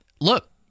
look